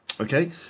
Okay